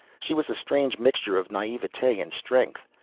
she was a strange mixture of naivete and strength,